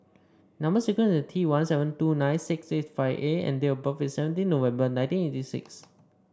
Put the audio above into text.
number sequence is T one seven two nine six eight five A and date of birth is seventeenth November nineteen eighty six